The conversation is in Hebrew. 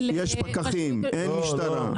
יש פקחים, אין משטרה.